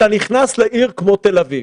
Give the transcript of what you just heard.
אתה נכנס לעיר כמו תל אביב.